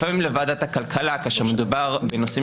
לפעמים לוועדת הכלכלה כאשר מדובר בנושאים